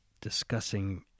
discussing